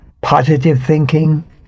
positive-thinking